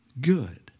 good